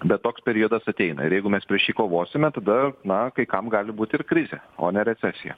bet toks periodas ateina ir jeigu mes prieš jį kovosime tada na kai kam gali būti ir krizė o ne recesiją